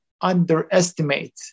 underestimate